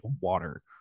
water